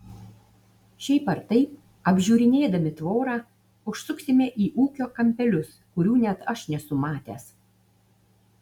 šiaip ar taip apžiūrinėdami tvorą užsuksime į ūkio kampelius kurių net aš nesu matęs